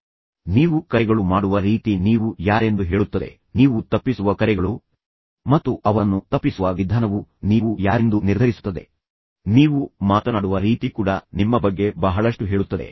ಆದ್ದರಿಂದ ನೀವು ಮಾಡುವ ಕರೆಗಳು ಮತ್ತು ನೀವು ಮಾಡುವ ರೀತಿ ನೀವು ಯಾರೆಂದು ಹೇಳುತ್ತದೆ ನೀವು ತಪ್ಪಿಸುವ ಕರೆಗಳು ಮತ್ತು ನೀವು ಅವರನ್ನು ತಪ್ಪಿಸುವ ವಿಧಾನವು ನೀವು ಯಾರೆಂದು ನಿರ್ಧರಿಸುತ್ತದೆ ನೀವು ಮಾತನಾಡಲು ಬಯಸುವ ಜನರು ಮತ್ತು ಅವರೊಂದಿಗೆ ನೀವು ಮಾತನಾಡುವ ರೀತಿ ಕೂಡ ನಿಮ್ಮ ಬಗ್ಗೆ ಬಹಳಷ್ಟು ಹೇಳುತ್ತದೆ